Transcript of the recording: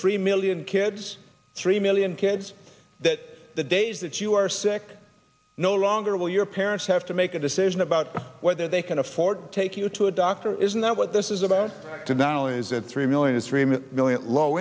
three million kids three million kids that the days that you are sick no longer will your parents have to make a decision about whether they can afford to take you to a doctor isn't that what this is about to not only is it three million it's really